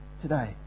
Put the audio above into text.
today